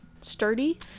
sturdy